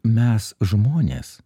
mes žmonės